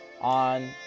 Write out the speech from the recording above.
on